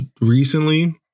recently